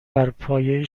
برپایه